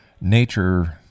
nature